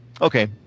Okay